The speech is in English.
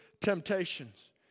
temptations